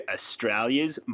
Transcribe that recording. Australia's